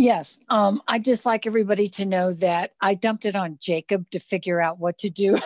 yes um i just like everybody to know that i dumped it on jacob to figure out what to do